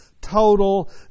total